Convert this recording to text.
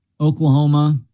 Oklahoma